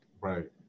Right